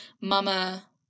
Mama